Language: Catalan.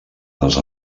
dels